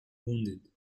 wounded